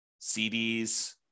CDs